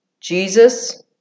Jesus